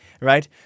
right